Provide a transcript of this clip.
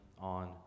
on